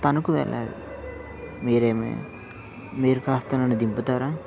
తణుకు వెళ్ళాలి మీరు ఏమైనా మీరు కాస్త నన్ను దింపుతారా